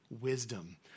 wisdom